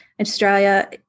Australia